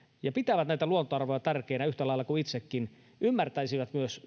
ja pitävät näitä luontoarvoja tärkeinä yhtä lailla kuin itsekin pidän ymmärtäisivät myös